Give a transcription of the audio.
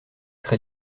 très